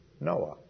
Noah